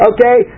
Okay